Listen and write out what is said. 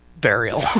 burial